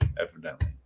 evidently